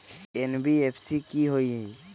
NBFC कि होअ हई?